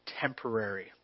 temporary